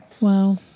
Wow